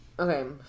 Okay